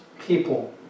people